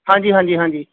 ਹਾਂਜੀ ਹਾਂਜੀ ਹਾਂਜੀ